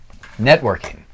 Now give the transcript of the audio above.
Networking